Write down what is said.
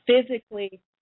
physically